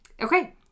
Okay